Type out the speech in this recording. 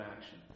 action